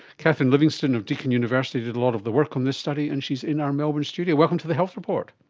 katherine livingstone of deakin university did a lot of the work on this study and she is in our melbourne studio. welcome to the health report.